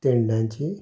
तेंड्यांची